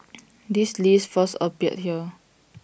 this list first appeared here